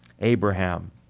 Abraham